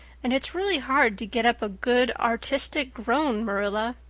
and it's really hard to get up a good artistic groan, marilla.